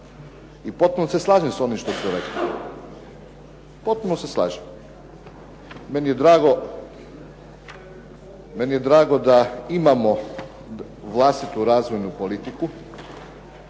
i potpuno se slažem sa onim što su rekli. Potpuno se slažem. Meni je drago, meni je drago da imamo vlastitu razvojnu politiku,